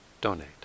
donate